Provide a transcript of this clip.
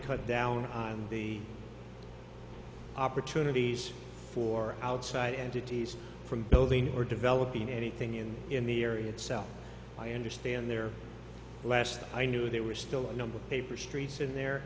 cut down the opportunities for outside entities from building or developing anything in in the area itself i understand there last i knew there were still a number of paper streets in there